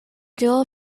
dual